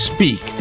Speak